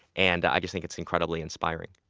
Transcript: and i just think it's incredibly inspiring